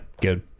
good